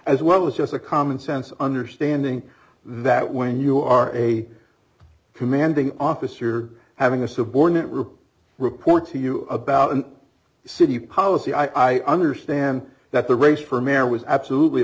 as well as just a commonsense understanding that when you are a commanding officer having a subordinate rip report to you about a city policy i understand that the race for mayor was absolutely a